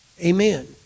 amen